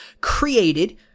created